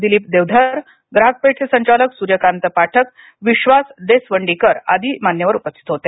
दिलीप देवधर ग्राहक पेठचे संचालक सूर्यकांत पाठक विश्वास देसवंडीकर आदी उपस्थित होते